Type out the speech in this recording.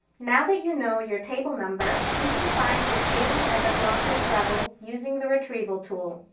now that you know your table number, we can find your table at the block group level using the retrieval tool.